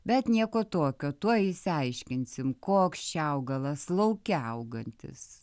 bet nieko tokio tuoj išsiaiškinsim koks čia augalas lauke augantis